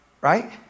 Right